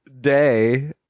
day